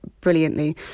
brilliantly